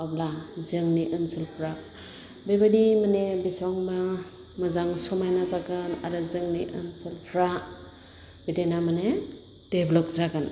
अब्ला जोंनि ओनसोलफ्रा बेबायदि माने बेसेबांबा मोजां समायना जागोन आरो जोंनि ओनसोलफ्रा बिदिनो माने डेभलप जागोन